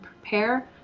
Prepare